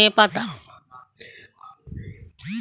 coriander leaves হচ্ছে বিভিন্ন খাবারে ব্যবহার করা ধনেপাতা